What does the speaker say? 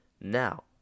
Now